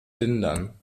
lindern